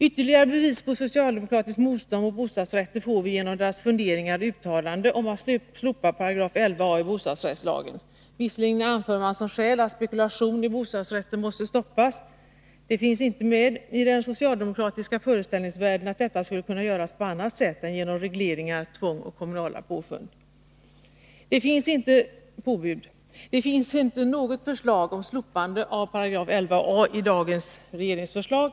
Ytterligare bevis på socialdemokratiskt motstånd mot bostadsrätter får vi genom socialdemokraternas funderingar och uttalanden om att slopa 11 a §i bostadsrättslagen. Visserligen anger man som skäl att spekulation i bostadsrätter måste stoppas. Det finns inte med i den socialdemokratiska föreställningsvärlden att detta skulle kunna göras på annat sätt än genom regleringar, tvång och kommunala påbud. Det finns inte något förslag om slopande av 11 a § i dagens regeringsförslag.